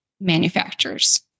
manufacturers